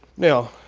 now,